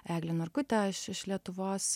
eglę norkutę iš iš lietuvos